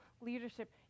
leadership